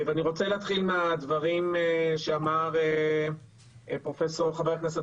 אני רוצה להתחיל מהדברים שאמר חבר הכנסת,